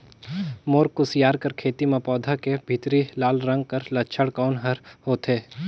मोर कुसियार कर खेती म पौधा के भीतरी लाल रंग कर लक्षण कौन कर होथे?